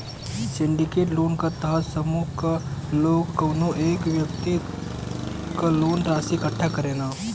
syndicate loan क तहत समूह क लोग कउनो एक व्यक्ति क लोन क राशि इकट्ठा करलन